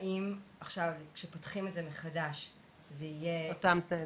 האם עכשיו שפותחים את זה מחדש זה יהיה --- אותן זכאיות.